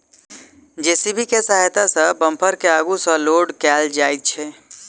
JCB के सहायता सॅ डम्फर के आगू सॅ लोड कयल जाइत छै